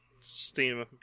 Steam